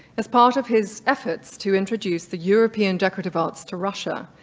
as part of his efforts to introduce the european decorative arts to russia,